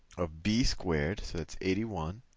of b squared, so that's eighty one.